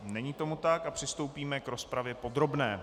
Není tomu tak a přistoupíme k rozpravě podrobné.